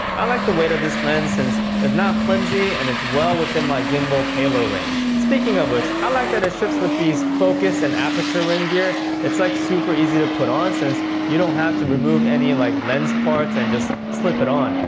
i like the weight of this since, it's not flimsy and it's well within my gimbal's payload range. speaking of which, i like that it ships with these focus and aperture ring gear. it's like super easy to put on since you don't have to remove any like lens parts and just slips on.